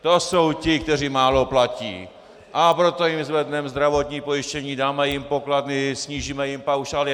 To jsou ti, kteří málo platí, a proto jim zvedneme zdravotní pojištění, dáme jim pokladny, snížíme jim paušály.